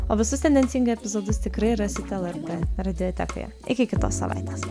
o visus tendencingai epizodus tikrai rasite lrt radiotekoje iki kitos savaitės